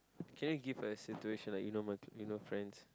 can you give a situation like you know you know friends